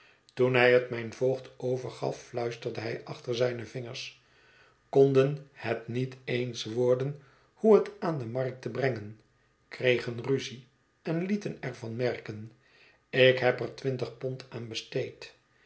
toen hij het mijn voogd overgaf fluisterde hij achter zijne vingers konden het niet eens worden hoe het aan de markt te brengen kregen ruzie en lieten er van merken ik heb er twintig pond aan besteed